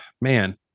man